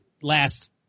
last